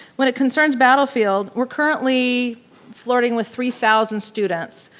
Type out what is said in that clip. when it concerns battlefield, we're currently flirting with three thousand students.